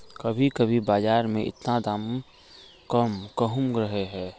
कभी कभी बाजार में इतना दाम कम कहुम रहे है?